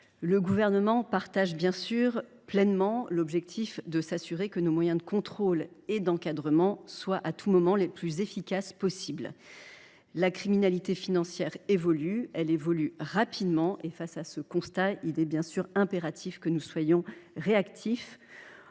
Le Gouvernement partage, bien sûr, pleinement l’objectif de s’assurer que nos moyens de contrôle et d’encadrement soient, à tout moment, les plus efficaces possible. La criminalité financière évolue, et elle évolue rapidement. Face à ce constat, il est impératif que nous soyons réactifs